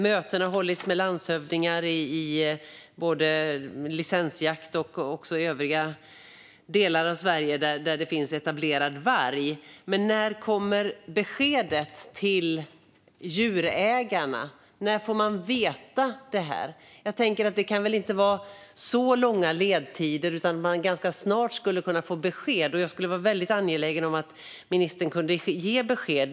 Möten har hållits med landshövdingar om licensjakt och i delar av Sverige där det finns etablerad varg. Men när kommer beskedet till djurägarna? När får man veta? Jag tänker att det väl inte kan vara så långa ledtider utan att man ganska snart skulle kunna få besked. Jag är väldigt angelägen om att ministern kan ge besked.